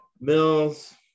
Mills